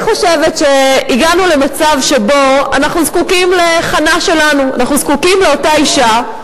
אנחנו צריכים למצוא דרכים לעצור את האיום הזה.